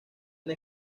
una